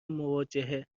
مواجهه